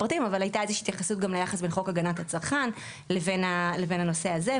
שהייתה איזו שהיא התייחסות ליחס בין חוק הגנת הצרכן לבין הנושא הזה,